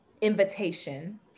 invitation